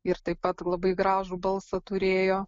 ir taip pat labai gražų balsą turėjo